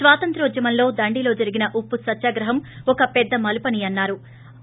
స్వాతంత్ర్వోద్యమంలో దండిలో జరిగిన ఉప్పు సత్యాగ్రహం ఒక పెద్ద మలుపు అని అన్నారు